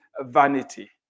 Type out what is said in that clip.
vanity